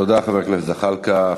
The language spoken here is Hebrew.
תודה, חבר הכנסת זחאלקה.